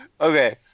Okay